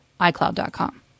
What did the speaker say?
iCloud.com